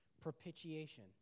propitiation